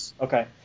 Okay